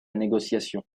négociation